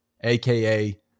aka